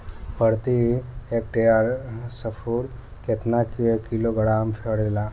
प्रति हेक्टेयर स्फूर केतना किलोग्राम पड़ेला?